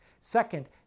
Second